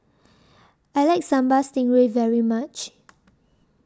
I like Sambal Stingray very much